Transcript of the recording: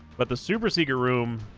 but the super seeker room